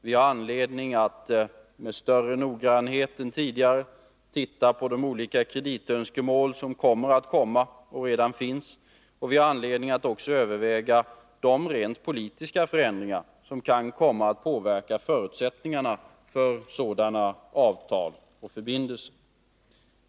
Vi har anledning att med större noggrannhet än tidigare titta på de kreditönskemål som kommer att komma och redan finns, och vi har anledning att också överväga de rent politiska förändringar som kan komma att påverka förutsättningarna för sådana avtal och förbindelser.